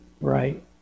right